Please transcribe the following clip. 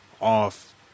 off